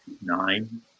Nine